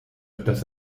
dass